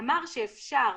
אמר שאפשר,